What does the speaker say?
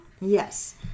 Yes